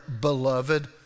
beloved